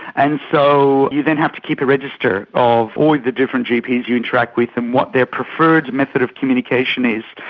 and so you then have to keep a register of all the different gps you interact with and what their preferred method of communication is,